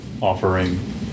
offering